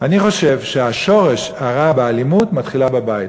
אני חושב ששורש הרע באלימות מתחיל בבית.